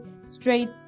straight